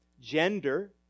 gender